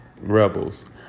rebels